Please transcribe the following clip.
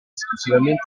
esclusivamente